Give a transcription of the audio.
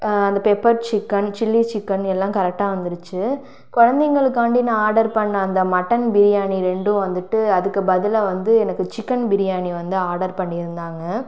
அந்த pepper chicken chilli chicken எல்லாம் கரெக்டாக வந்துடுச்சி குழந்தைங்களுக்காண்டி நான் ஆடர் பண்ண அந்த மட்டன் பிரியாணி ரெண்டும் வந்துவிட்டு அதுக்கு பதிலாக வந்து எனக்கு சிக்கன் பிரியாணி வந்து ஆடர் பண்ணியிருந்தாங்க